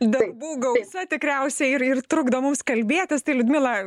darbų gausa tikriausiai ir ir trukdo mums kalbėtis tai liudmila